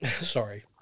sorry